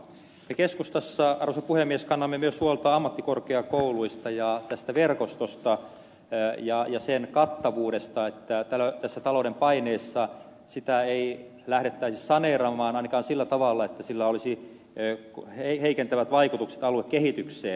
me keskustassa arvoisa puhemies kannamme myös huolta ammattikorkeakouluista ja tästä verkostosta ja sen kattavuudesta että tässä talouden paineessa sitä ei lähdettäisi saneeraamaan ainakaan sillä tavalla että sillä olisi heikentävät vaikutukset aluekehitykseen